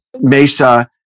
Mesa